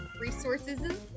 resources